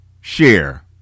share